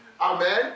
Amen